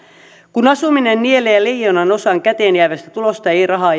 kun asuminen nielee leijonanosan käteenjäävästä tulosta ei rahaa